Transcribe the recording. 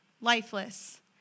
lifeless